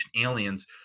aliens